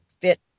fit